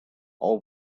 all